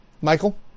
Michael